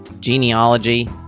Genealogy